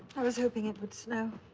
i was hoping it would snow.